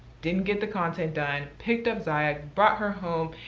didn't get the content done. picked up ziya, brought her home,